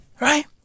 Right